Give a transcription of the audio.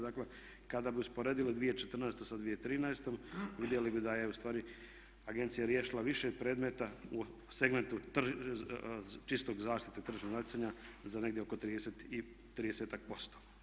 Dakle, kada bi usporedili 2014. sa 2013. vidjeli bi da je u stvari agencija riješila više predmeta u segmentu čistog zaštite tržnog natjecanja za negdje oko tridesetak posto.